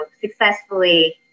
successfully